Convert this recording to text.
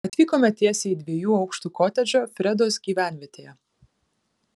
atvykome tiesiai į dviejų aukštų kotedžą fredos gyvenvietėje